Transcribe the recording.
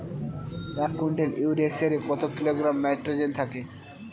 এক quintal urea সারে কত কিলোগ্রাম নাইট্রোজেন থাকে?